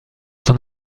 son